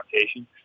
rotation